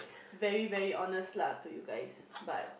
very very honest lah to you guys but